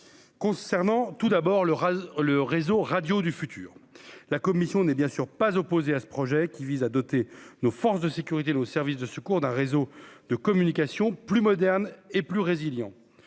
concernant tout d'abord le le réseau radio du futur, la commission n'est bien sûr pas opposé à ce projet qui vise à doter nos forces de sécurité, nos services de secours d'un réseau de communication plus moderne et plus résiliant,